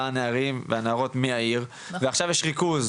לנערים ולנערות מהעיר ועכשיו יש ריכוז